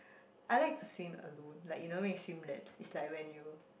I like to swim alone like you know when you swim laps is like when you